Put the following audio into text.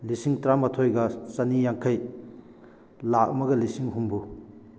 ꯂꯤꯁꯤꯡ ꯇꯔꯥꯃꯥꯊꯣꯏꯒ ꯆꯅꯤꯌꯥꯡꯈꯩ ꯂꯥꯈ ꯑꯃꯒ ꯂꯤꯁꯤꯡ ꯍꯨꯝꯐꯨ